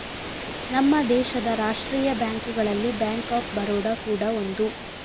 ನಮ್ಮ ದೇಶದ ರಾಷ್ಟೀಯ ಬ್ಯಾಂಕುಗಳಲ್ಲಿ ಬ್ಯಾಂಕ್ ಆಫ್ ಬರೋಡ ಕೂಡಾ ಒಂದು